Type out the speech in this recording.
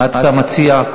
מה אתה מציע?